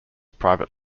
private